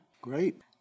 Great